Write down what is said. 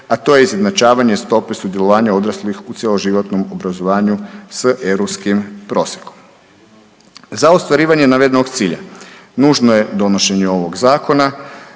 a to je izjednačavanje stope sudjelovanja odraslih u cjeloživotnom obrazovanju s europskim prosjekom. Za ostvarivanje navedenog cilja nužno je donošenje ovog zakona